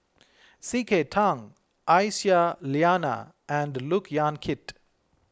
C K Tang Aisyah Lyana and Look Yan Kit